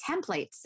templates